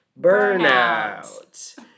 burnout